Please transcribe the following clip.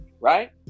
right